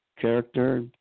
character